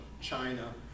China